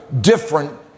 different